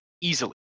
easily